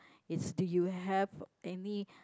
is do you have any